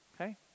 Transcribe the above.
okay